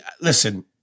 listen